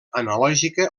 analògica